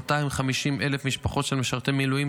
לכ-250,000 משפחות של משרתי מילואים,